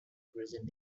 present